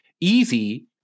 easy